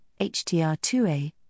HTR2A